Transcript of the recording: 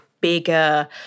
bigger